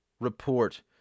report